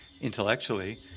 intellectually